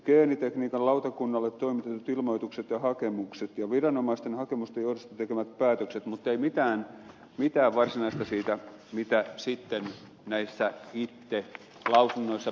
geenitekniikan lautakunnalle toimitetut ilmoitukset ja hakemukset viranomaisten hakemusten johdosta tekemät päätökset mutta ei mitään varsinaista siitä mitä sitten näissä itse lausunnoissa päätöksissä tai hakemuksissa on